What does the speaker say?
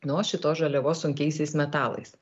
nuo šitos žaliavos sunkiaisiais metalais